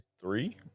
three